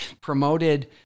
promoted